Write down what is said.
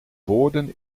woorden